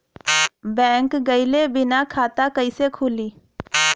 Bank गइले बिना खाता कईसे खुली?